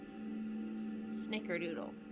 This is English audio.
snickerdoodle